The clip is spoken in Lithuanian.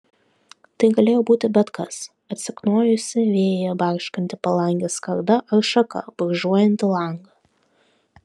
tai galėjo būti bet kas atsiknojusi vėjyje barškanti palangės skarda ar šaka brūžuojanti langą